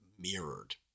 mirrored